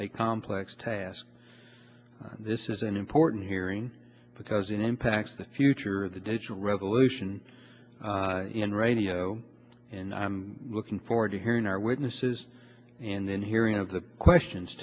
a complex task this is an important hearing because it impacts the future of the digital revolution in radio and i'm looking forward to hearing our witnesses and then hearing of the questions